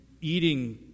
eating